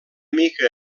mica